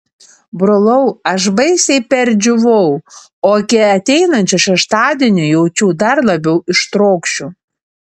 brolau aš baisiai perdžiūvau o iki ateinančio šeštadienio jaučiu dar labiau ištrokšiu